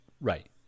right